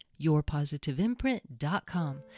yourpositiveimprint.com